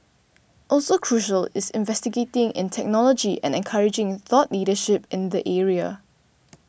also crucial is investing in technology and encouraging thought leadership in the area